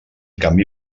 canvi